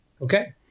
Okay